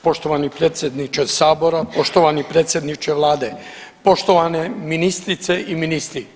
Poštovani predsjedniče sabora, poštovani predsjedniče vlade, poštovane ministrice i ministri.